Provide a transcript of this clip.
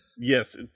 Yes